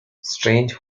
strange